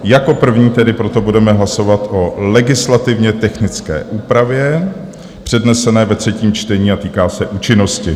Jako první tedy proto budeme hlasovat o legislativně technické úpravě přednesené ve třetím čtení, která se týká účinnosti.